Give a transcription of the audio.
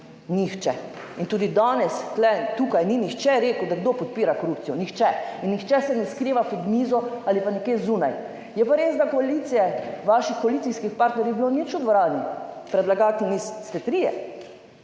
nihče in tudi danes tu tukaj ni nihče rekel, da kdo podpira korupcijo, nihče. In nihče se ne skriva pod mizo ali pa nekje zunaj. Je pa res, da koalicije, vaših koalicijskih partnerjev ni bilo nič v dvorani - predlagatelji ste trije,